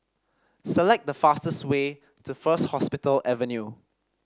select the fastest way to First Hospital Avenue